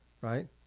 right